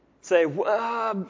Say